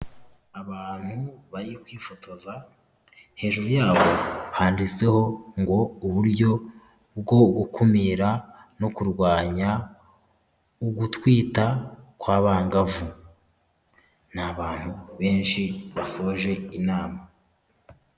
Abantu bari kwifotoza, hejuru yabo handitseho ngo ''uburyo bwo gukumira no kurwanya ugutwita kw'abangavu'' ni abantu benshi basoje inama.